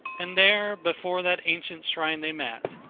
and there before that ancient shrine they met,